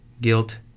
guilt